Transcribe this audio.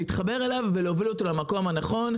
אליהם ולהוביל אותם למקום הנכון.